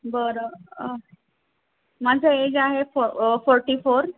बरं माझं एज आहे फो फोर्टी फोर